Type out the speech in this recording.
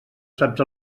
saps